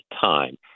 time